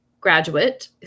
graduate